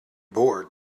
bored